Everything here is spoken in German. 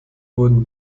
wurden